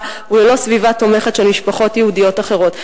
וללא סביבה תומכת של משפחות יהודיות אחרות.